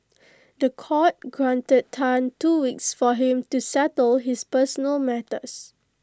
The Court granted Tan two weeks for him to settle his personal matters